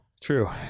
True